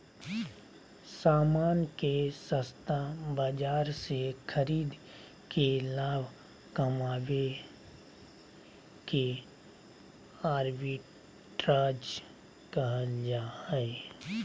सामान के सस्ता बाजार से खरीद के लाभ कमावे के आर्बिट्राज कहल जा हय